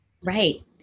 Right